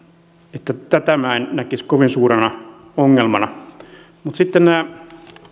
tätä minä en näkisi kovin suurena ongelmana sitten näistä